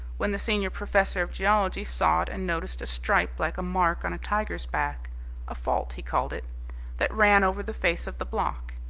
when the senior professor of geology saw it and noticed a stripe like a mark on a tiger's back a fault he called it that ran over the face of the block,